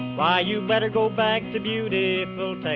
why, you better go back to beautiful